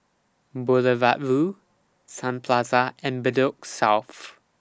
Boulevard Vue Sun Plaza and Bedok South